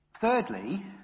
Thirdly